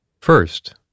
First